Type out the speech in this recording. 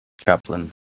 chaplain